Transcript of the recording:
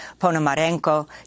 Ponomarenko